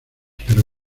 pero